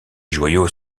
joyaux